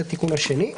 זה התיקון השני.